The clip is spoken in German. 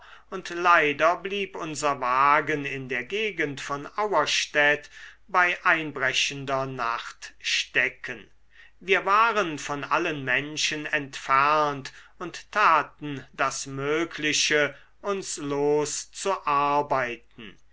und leider blieb unser wagen in der gegend von auerstädt bei einbrechender nacht stecken wir waren von allen menschen entfernt und taten das mögliche uns los zu arbeiten